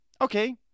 Okay